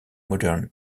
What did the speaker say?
modern